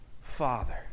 Father